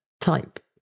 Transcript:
type